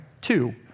two